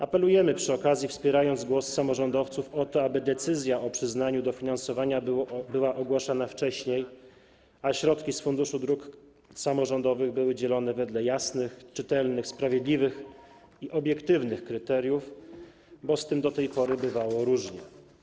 Apelujemy przy okazji, wspierając głos samorządowców, o to, aby decyzja o przyznaniu dofinansowania była ogłaszana wcześniej, a środki z Funduszu Dróg Samorządowych były dzielone wedle jasnych, czytelnych, sprawiedliwych i obiektywnych kryteriów, bo z tym do tej pory bywało różnie.